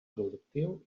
productiu